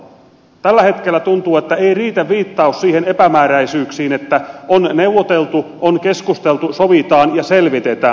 tällä hetkellä tuntuu että ei riitä viittaus niihin epämääräisyyksiin että on neuvoteltu on keskusteltu sovitaan ja selvitetään